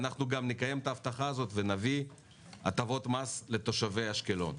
ואנחנו נקיים את ההבטחה הזו ונביא הטבות מס לתושבי אשקלון.